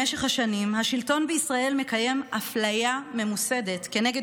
במשך השנים השלטון בישראל מקיים אפליה ממוסדת כנגד